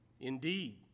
Indeed